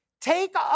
take